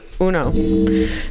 uno